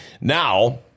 Now